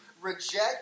reject